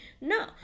no